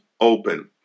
open